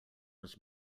was